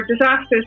disasters